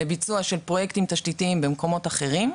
לביצוע של פרויקטים תשתיתיים במקומות אחרים,